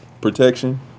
protection